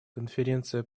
конференция